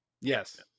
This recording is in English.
Yes